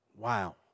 wow